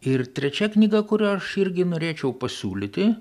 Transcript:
ir trečia knyga kurią aš irgi norėčiau pasiūlyti